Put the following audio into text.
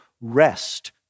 rest